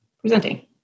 presenting